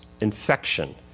infection